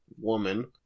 woman